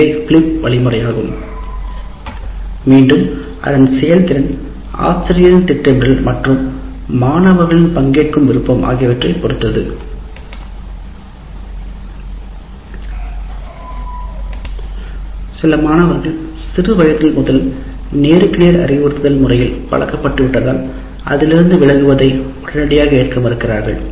இதுவே பிலிப் வழிமுறையாகும் மீண்டும் அதன் செயல்திறன் ஆசிரியரின் திட்டமிடல் மற்றும் மாணவர்களின் பங்கேற்கும் விருப்பம் ஆகியவற்றை பொறுத்தது சில மாணவர்கள் சிறுவயது முதல் நேருக்கு நேர் அறிவுறுத்தல் முறையில் பழக்கப்பட்டு விட்டதால் அதிலிருந்து விலகுவதை உடனடியாக ஏற்க மறுக்கிறார்கள்